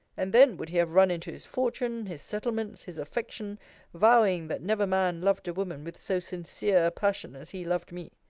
and then would he have run into his fortune, his settlements, his affection vowing, that never man loved a woman with so sincere a passion as he loved me.